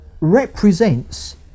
represents